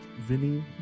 Vinny